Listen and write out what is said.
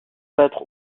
peintre